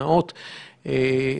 לעולם,